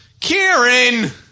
Karen